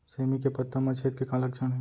सेमी के पत्ता म छेद के का लक्षण हे?